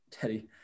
Teddy